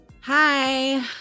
Hi